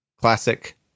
classic